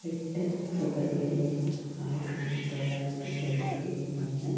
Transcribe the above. എട്ട് ഫെബ്രുവരി ആയിരത്തിതൊള്ളായിരത്തിതൊണ്ണൂറ്റിമൂന്ന്